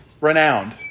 renowned